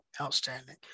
Outstanding